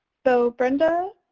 so brenda,